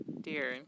dear